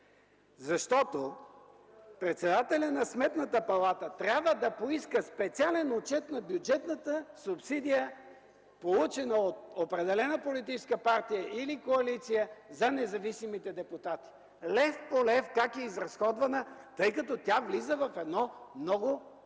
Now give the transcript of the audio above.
Защото председателят на Сметната палата трябва да поиска специален отчет на бюджетната субсидия, получена от определена политическа партия или коалиция за независимите депутати – лев по лев как е изразходвана, тъй като тя влиза в едно много